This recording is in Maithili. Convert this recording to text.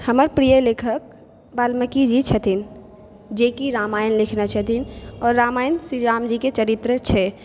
हमर प्रिय लेखक वाल्मीकिजी छथिन जेकि रामायण लिखने छथिन आओर रामायण श्री रामजीके चरित्र छै